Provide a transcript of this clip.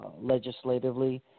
legislatively